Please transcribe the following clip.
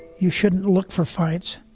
you shouldn't look for fights,